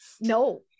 No